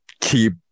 keep